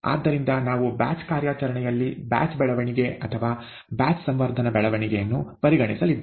ಆದ್ದರಿಂದ ನಾವು ಬ್ಯಾಚ್ ಕಾರ್ಯಾಚರಣೆಯಲ್ಲಿ ಬ್ಯಾಚ್ ಬೆಳವಣಿಗೆ ಅಥವಾ ಬ್ಯಾಚ್ ಸಂವರ್ಧನ ಬೆಳವಣಿಗೆಯನ್ನು ಪರಿಗಣಿಸಲಿದ್ದೇವೆ